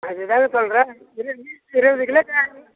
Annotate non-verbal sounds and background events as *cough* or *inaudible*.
அது தான்ங்க சொல்கிறேன் இருபது *unintelligible* இருபது கிலோ *unintelligible*